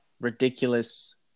ridiculous